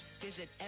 Visit